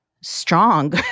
strong